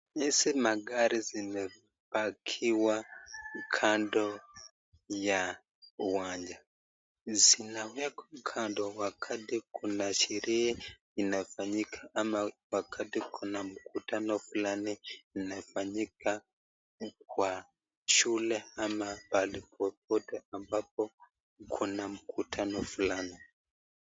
Hizi magari zimepakiwa kando ya uwanja, zinawekwa kando wakati kuna sherehe inafanyika ama wakati kuna mkutano fulani inafanyika kwa shule ama pahali popote ambapo kuna mkutano fulani.